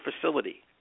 facility